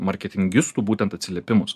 marketingistų būtent atsiliepimus